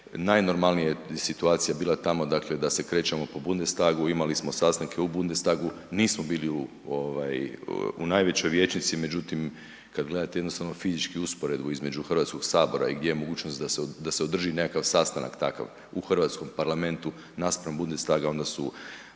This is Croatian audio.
najnormalnije je situacija bila tamo da se krećemo po Bundestagu, imali smo sastanke u Bundestagu, nismo bili u najvećoj vijećnici, međutim kad gledate jednostavno fizički usporedbu između HS-a i gdje je mogućnost da se održi nekakav sastanak takav, u hrvatskom parlamentu naspram Bundestaga, onda su